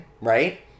right